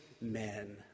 men